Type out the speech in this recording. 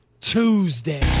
Tuesday